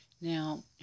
Now